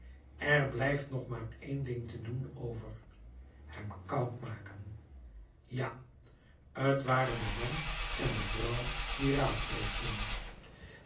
er blijft nog maar één ding te doen over hem koud te maken ja t waren de man en de vrouw die raadpleegden